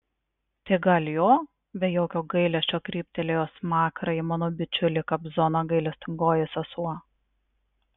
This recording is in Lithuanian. tai gal jo be jokio gailesčio kryptelėjo smakrą į mano bičiulį kobzoną gailestingoji sesuo